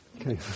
Okay